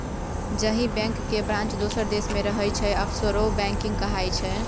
जाहि बैंक केर ब्रांच दोसर देश मे रहय छै आफसोर बैंकिंग कहाइ छै